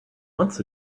months